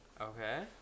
Okay